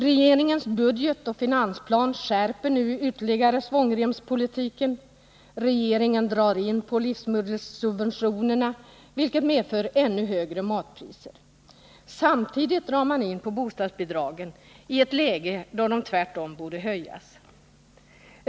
Regeringens budget och finansplan skärper nu ytterligare svångremspolitiken. Regeringen drar in på livsmedelssubventionerna, vilket medför ännu högre matpriser. Samtidigt drar man in på bostadsbidragen i ett läge då de tvärtom borde höjas.